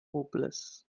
hopeless